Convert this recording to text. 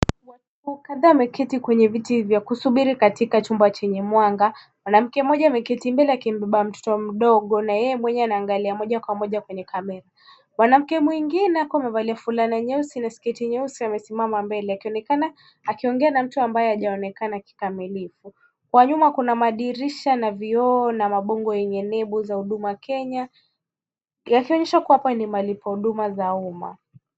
Watu kadhaa wameketi kwenye viti vya kusubiri katika chumba chenye mwanga. Mwanamke mmoja ameketi mbele ya akimbeba mtoto mdogo na yeye mwenyewe anaangalia moja kwa moja kwenye kamera. Mwanamke mwingine ako amevalia fulana nyeusi na sketi nyeusi amesimama mbele akionekana akiongea na mtu ambaye hajaonekana kikamilifu. Kwa nyuma kuna madirisha na vioo na mabango yenye nembo za huduma Kenya yakionyesha kua hapa ni mahali pa huduma za uma.